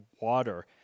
water